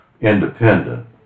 independent